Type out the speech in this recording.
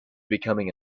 becoming